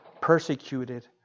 persecuted